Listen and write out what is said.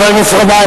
חבר הכנסת גנאים,